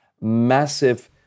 massive